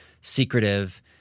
secretive